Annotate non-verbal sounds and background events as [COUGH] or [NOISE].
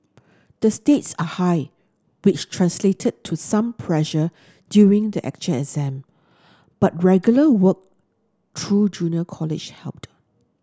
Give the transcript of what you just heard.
the stakes are high which translated to some pressure during the [UNINTELLIGIBLE] exam but regular work through junior college helped